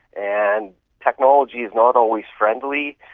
and technology is not always friendly,